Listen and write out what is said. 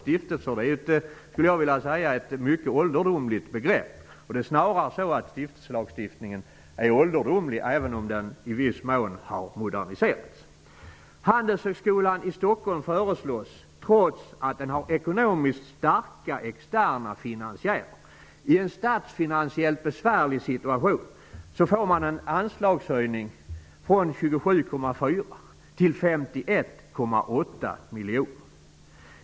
Stiftelser är ett mycket ålderdomligt begrepp, och stiftelselagstiftningen är ålderdomlig, även om den i viss mån har moderniserats. Handelshögskolan i Stockholm föreslås, trots att den har ekonomiskt starka externa finansiärer, i en statsfinansiellt besvärlig situation, få en anslagshöjning från 27,4 till 51,8 miljoner.